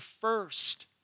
first